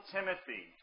Timothy